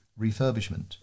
refurbishment